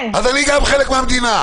אז אני גם חלק מהמדינה.